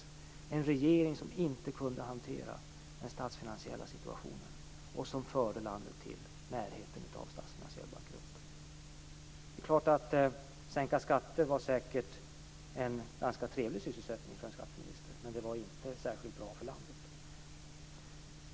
Vi hade en regering som inte kunde hantera den statsfinansiella situationen och som förde landet nära statsfinansiell bankrutt. Att sänka skatter var säkert en ganska trevlig sysselsättning för en skatteminister, men det var inte särskilt bra för landet.